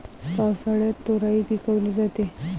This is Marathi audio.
पावसाळ्यात तोराई पिकवली जाते